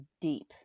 deep